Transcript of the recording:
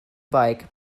bike